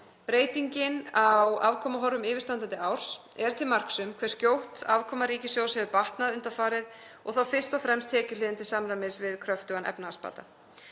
Breytingin á afkomuhorfum yfirstandandi árs er til marks um hve skjótt afkoma ríkissjóðs hefur batnað undanfarið og þá fyrst og fremst tekjuhliðin til samræmis við kröftugan efnahagsbata.